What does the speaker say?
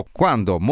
quando